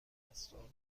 پرستار